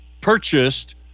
purchased